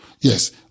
Yes